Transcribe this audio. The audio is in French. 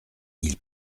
ils